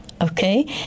Okay